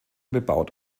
bebaut